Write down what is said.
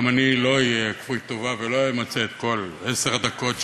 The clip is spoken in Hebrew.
גם אני לא אהיה כפוי טובה ולא אמצה את כל עשר הדקות,